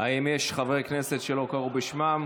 האם יש חברי כנסת שלא קראו בשמם?